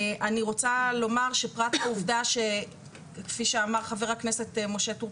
אני רוצה לומר שפרט לעובדה שכפי שאמר חבר הכנסת משה טור